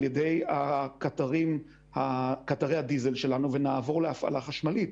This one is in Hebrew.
ידי קטרי הדיזל שלנו ונעבור להפעלה חשמלית.